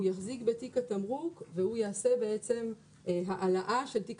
הוא יחזיק בתיק התמרוק והוא יעשה בעצם העלאה של תיק